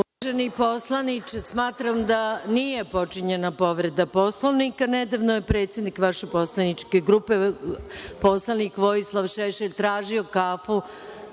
Uvaženi poslaniče, smatram da nije počinjena povreda Poslovnika. Nedavno je predsednik vaše poslanike grupe, poslanik Vojislav Šešelj tražio kafu